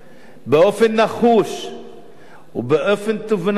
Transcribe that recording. באופן נחוש ובאופן תבונתי,